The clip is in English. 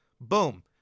Boom